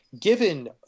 given